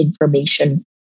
information